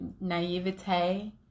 Naivete